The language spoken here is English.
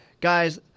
guys